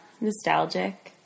nostalgic